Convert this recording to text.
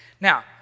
Now